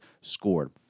scored